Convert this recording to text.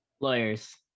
lawyers